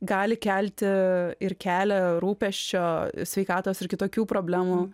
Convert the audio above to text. gali kelti ir kelia rūpesčio sveikatos ir kitokių problemų